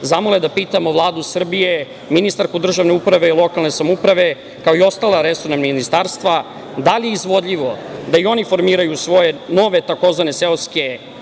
zamole da pitamo Vladu Srbije, ministarku državne uprave i lokalne samouprave, kao i ostala resorna ministarstva, da li je izvodljivo da i oni formiraju svoje nove tzv. seoske